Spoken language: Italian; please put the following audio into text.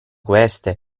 queste